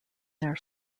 their